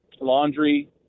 laundry